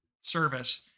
service